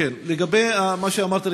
לגבי מה שאמרת,